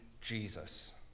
Jesus